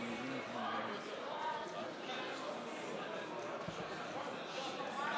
מיובא, ואין פסול ביבוא בכמויות שבאמת